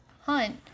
Hunt